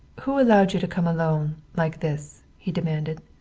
who allowed you to come, alone, like this? he demanded.